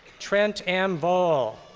trent ann vaul.